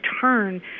turn